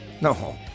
No